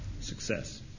success